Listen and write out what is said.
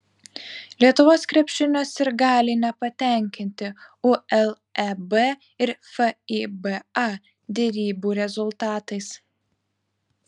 lietuvos krepšinio sirgaliai nepatenkinti uleb ir fiba derybų rezultatais